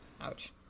Ouch